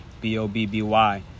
b-o-b-b-y